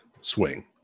swing